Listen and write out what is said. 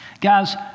Guys